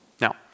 Now